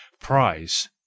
prize